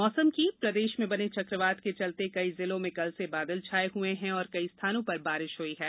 मौसम प्रदेश में बने चकवात के चलते कई जिलों में कल से बादल छाये हए हैं और कई स्थानों पर बारिश हई है